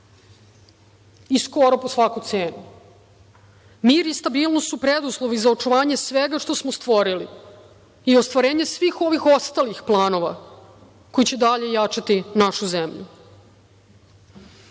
i skoro po svaku cenu. Mir i stabilnost su preduslovi za očuvanje svega što smo stvorili i ostvarenje svih ovih ostalih planova, koji će dalje jačati našu